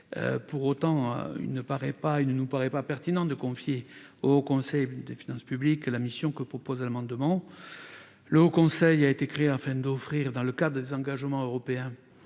Pour autant, il ne paraît pas pertinent de confier au Haut Conseil des finances publiques la mission proposée. Le Haut Conseil a été créé afin d'offrir, dans le cadre des engagements européens,